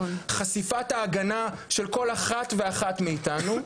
חשיפת ההגנה של כל אחת ואחת מאיתנו,